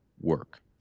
work